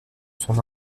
son